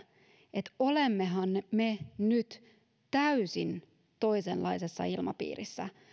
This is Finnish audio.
että olemmehan me nyt täysin toisenlaisessa ilmapiirissä